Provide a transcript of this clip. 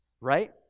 right